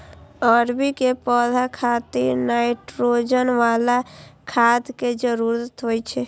अरबी के पौधा खातिर नाइट्रोजन बला खाद के जरूरत होइ छै